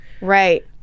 Right